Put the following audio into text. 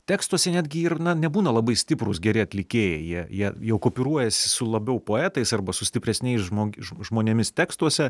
tekstuose netgi ir na nebūna labai stiprūs geri atlikėjai jie jie jie kooperuojasi su labiau poetais arba su stipresniais žmog žmonėmis tekstuose